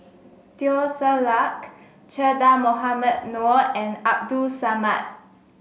Teo Ser Luck Che Dah Mohamed Noor and Abdul Samad